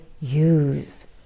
use